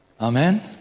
Amen